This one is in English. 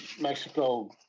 Mexico